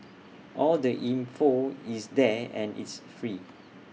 all the info is there and it's free